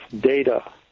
data